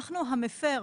אנחנו המפר.